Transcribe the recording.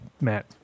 Matt